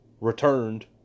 returned